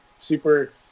super